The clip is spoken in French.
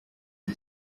une